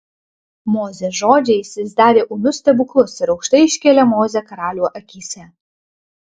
mozės žodžiais jis darė ūmius stebuklus ir aukštai iškėlė mozę karalių akyse